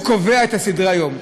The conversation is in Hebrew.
והוא שקובע את סדר-היום?